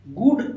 good